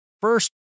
first